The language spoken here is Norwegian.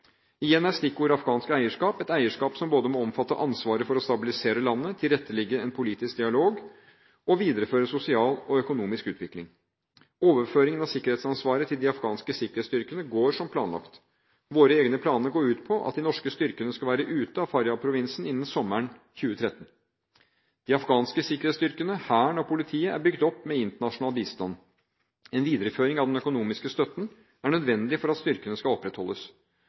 Igjen er stikkordet afghansk eierskap, et eierskap som må omfatte ansvaret for å stabilisere landet, tilrettelegge en politisk dialog med Taliban og videreføre sosial og økonomisk utvikling. Overføringen av sikkerhetsansvaret til de afghanske sikkerhetsstyrkene går som planlagt. Våre egne planer går ut på at de norske styrkene skal være ute av Faryab-provinsen innen sommeren 2013. De afghanske sikkerhetsstyrkene – hæren og politiet – er bygd opp med internasjonal bistand. En videreføring av den økonomiske støtten er nødvendig for at styrkene skal opprettholdes.